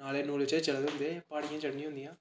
नालें नूलें च चले दे होंदे प्हाड़ियां चढ़नियां होंदियां